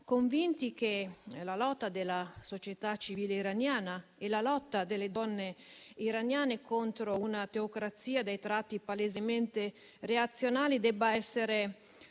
convinti che la lotta della società civile iraniana e la lotta delle donne iraniane contro una teocrazia dai tratti palesemente reazionari debba